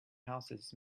houses